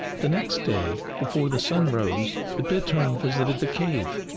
the next day, before the sun rose, the bittern visited the cave.